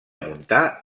muntar